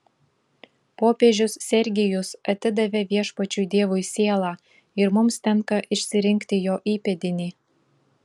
popiežius sergijus atidavė viešpačiui dievui sielą ir mums tenka išsirinkti jo įpėdinį